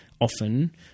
often